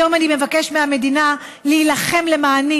היום אני מבקש מהמדינה להילחם למעני,